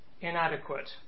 inadequate